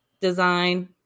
design